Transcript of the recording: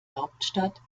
hauptstadt